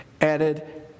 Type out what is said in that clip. added